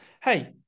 Hey